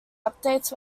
updates